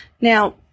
Now